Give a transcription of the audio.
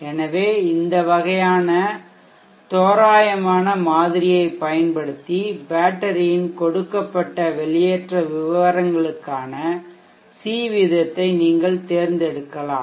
எனவே இந்த வகையான தோராயமான மாதிரியைப் பயன்படுத்தி பேட்டரியின் கொடுக்கப்பட்ட வெளியேற்ற விவரங்களுக்கான சி வீதத்தை நீங்கள் தேர்ந்தெடுக்கலாம்